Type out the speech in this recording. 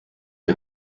die